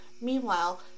Meanwhile